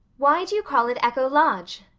why do you call it echo lodge?